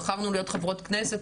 בחרנו להיות חברות כנסת,